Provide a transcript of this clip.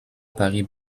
paris